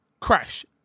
Crash